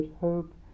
hope